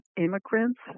immigrants